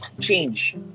change